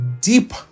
deep